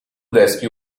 rescue